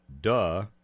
duh